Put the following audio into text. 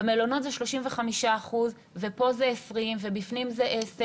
במלונות זה 35% ופה זה 20 ובפנים זה 10,